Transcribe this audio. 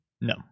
no